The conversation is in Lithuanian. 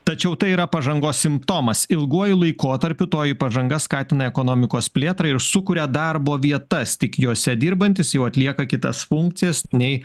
tačiau tai yra pažangos simptomas ilguoju laikotarpiu toji pažanga skatina ekonomikos plėtrą ir sukuria darbo vietas tik jose dirbantys jau atlieka kitas funkcijas nei